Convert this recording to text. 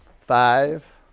five